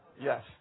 yes